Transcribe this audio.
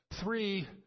three